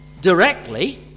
directly